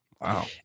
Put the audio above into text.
Wow